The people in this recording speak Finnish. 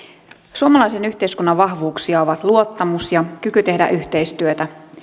suomalaisen yhteiskunnan vahvuuksia ovat luottamus ja kyky tehdä yhteistyötä